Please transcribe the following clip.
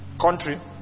country